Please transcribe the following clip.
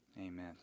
Amen